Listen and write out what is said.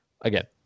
again